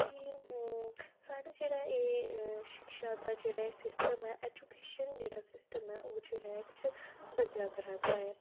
कि साढ़े जेह्ड़ा ऐ शिक्षा दा जेह्ड़ा एह् सिस्टम ऐ एजुकेशन जेह्ड़ा सिस्टम ऐ ओह् जेह्ड़ा ऐ किश बदला करा दा ऐ